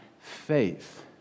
faith